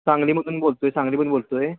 सांगलीमधून बोलतो आहे सांगलीमधून बोलतो आहे